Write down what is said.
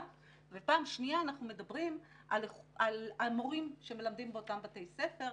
ובפעם שנייה על המורים שמלמדים באותם בתי ספר.